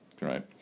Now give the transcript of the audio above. right